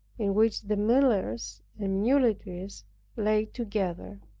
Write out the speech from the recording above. in which the millers and muleteers lay together.